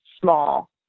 small